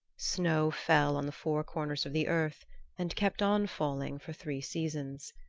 snow fell on the four corners of the earth and kept on falling for three seasons.